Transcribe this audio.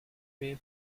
bear